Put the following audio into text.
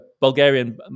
Bulgarian